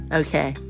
okay